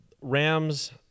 Rams